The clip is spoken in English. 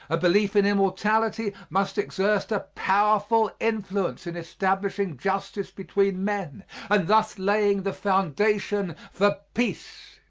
a belief in immortality must exert a powerful influence in establishing justice between men and thus laying the foundation for peace.